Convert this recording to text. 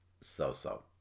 so-so